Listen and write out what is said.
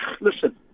Listen